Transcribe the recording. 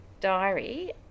diary